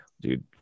dude